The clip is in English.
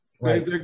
Right